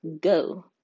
go